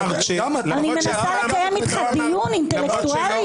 למרות שהפעם לא אמרת --- אני מנסה לקיים איתך דיון אינטלקטואלי.